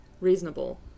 reasonable